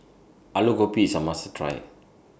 Alu Gobi IS A must Try